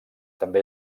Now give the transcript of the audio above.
també